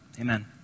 Amen